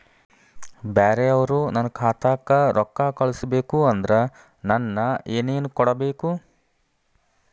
ಬ್ಯಾರೆ ಅವರು ನನ್ನ ಖಾತಾಕ್ಕ ರೊಕ್ಕಾ ಕಳಿಸಬೇಕು ಅಂದ್ರ ನನ್ನ ಏನೇನು ಕೊಡಬೇಕು?